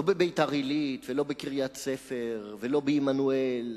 לא בביתר-עילית, לא בקריית-ספר ולא בעמנואל,